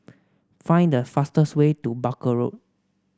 find the fastest way to Barker Road